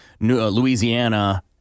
Louisiana